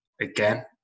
again